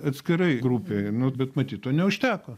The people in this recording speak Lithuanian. atskirai grupei nu bet matyt to neužteko